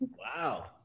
Wow